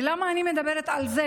ולמה אני מדברת על זה?